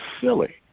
silly